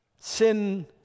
sin